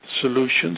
solutions